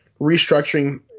restructuring